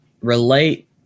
relate